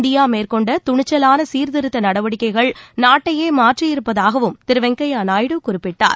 India மேற்கொண்ட துணிச்சவாள சீர்திருத்த நடவடிக்கைகள் நாட்டையே மாற்றியிருப்பதாகவும் திரு வெங்கய்ய நாயுடு குறிப்பிட்டார்